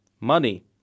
money